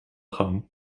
gang